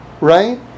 Right